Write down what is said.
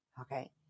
okay